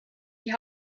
die